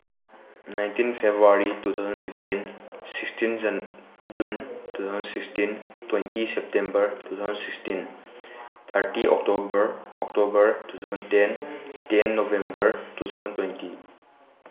nineteen February two thousand fifteen sixteen June two thousand sixteen twenty September two thousand sixteen thirty October October two thousand ten ten November two thousand twenty